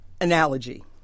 analogy